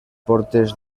portes